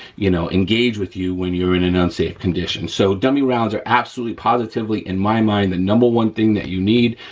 you know, engage with you when you're in an unsafe condition. so dummy rounds are absolutely, positively in my mind the number one thing that you need.